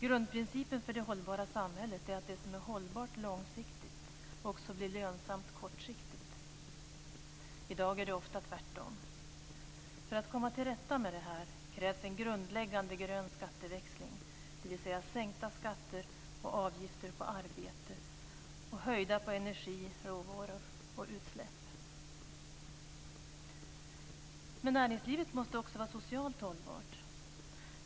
Grundprincipen för ett hållbart samhälle att det som är hållbart långsiktigt också blir lönsamt kortsiktigt. I dag är det ofta tvärtom. För att komma till rätta med detta krävs en grundläggande grön skatteväxling, dvs. sänkta skatter och avgifter på arbete och höjda skatter på energi, råvaror och utsläpp. Men näringslivet måste också vara socialt hållbart.